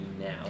now